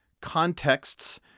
contexts